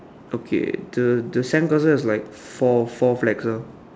okay the the sandcastle is like four four flags ah